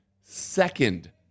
second